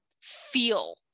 feel